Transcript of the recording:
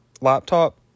Laptop